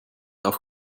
auf